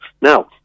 Now